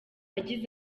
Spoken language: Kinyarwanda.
agize